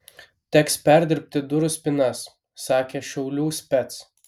teks perdirbti durų spynas sakė šiaulių spec